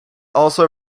also